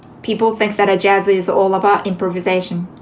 people think that ah jazz is all about improvisation.